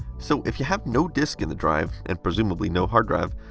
so if you have no disk in the drive, and presumably no hard drive,